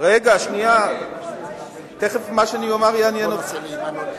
אבל זה לא מעניין אותנו.